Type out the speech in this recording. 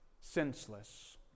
Senseless